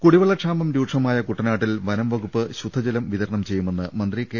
കുടിവെള്ള ക്ഷാമം രൂക്ഷമായ കുട്ടനാട്ടിൽ വനംവ കുപ്പ് ശുദ്ധജലം വിതരണം ചെയ്യുമെന്ന് മന്ത്രി കെ